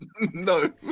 No